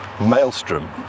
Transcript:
maelstrom